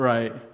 Right